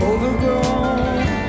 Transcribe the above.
Overgrown